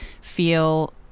feel